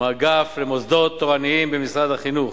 במשרד החינוך.